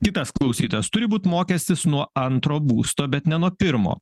kitas klausytojas turi būt mokestis nuo antro būsto bet ne nuo pirmo